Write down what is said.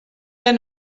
dêr